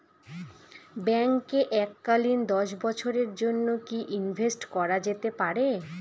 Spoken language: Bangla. ব্যাঙ্কে এককালীন দশ বছরের জন্য কি ইনভেস্ট করা যেতে পারে?